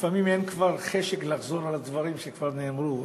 לפעמים אין כבר חשק לחזור על הדברים שכבר נאמרו,